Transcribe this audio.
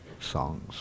songs